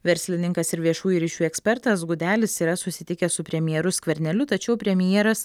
verslininkas ir viešųjų ryšių ekspertas gudelis yra susitikęs su premjeru skverneliu tačiau premjeras